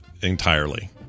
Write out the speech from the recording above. entirely